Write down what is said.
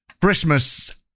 Christmas